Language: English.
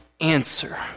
answer